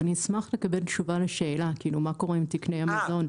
אבל אני אשמח לקבל תושבה לשאלה של מה קורה עם תקני המזון.